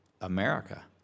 America